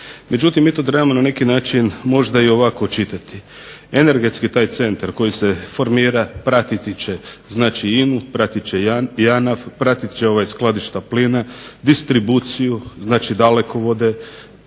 Međutim, mi to trebamo na neki način možda i ovako čitati. Energetski taj centar koji se formira pratit će INA-u, pratit će JANAF, pratit će skladišta plina, distribuciju, znači dalekovode,